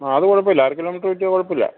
ആ അത് കുഴപ്പം ഇല്ല അരക്കിലോം തൂക്കിയാൽ കുഴപ്പം ഇല്ല